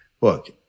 look